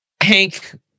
Hank